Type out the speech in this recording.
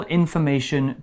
information